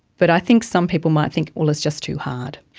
but i think some people might think, well, it's just too hard.